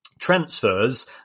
transfers